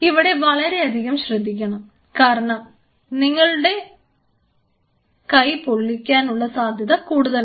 ഇവിടെ വളരെയധികം ശ്രദ്ധിക്കണം കാരണം നിങ്ങൾ നിങ്ങളുടെ കൈ പൊളിക്കാനുള്ള സാധ്യതയുണ്ട്